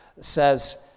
says